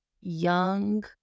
young